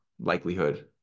likelihood